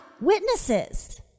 witnesses